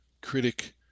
critic